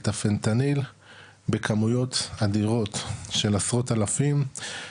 את הפנטניל בכמויות אדירות של עשרות אלפים.